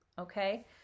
okay